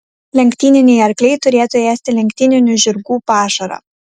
lenktyniniai arkliai turėtų ėsti lenktyninių žirgų pašarą